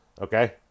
okay